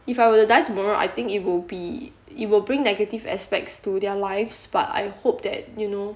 if I were to die tomorrow I think it will be it will bring negative aspects to their lives but I hope that you know